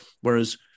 Whereas